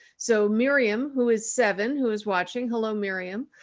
so miriam, who is seven, who is watching, hello miriam?